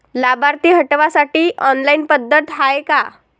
लाभार्थी हटवासाठी ऑनलाईन पद्धत हाय का?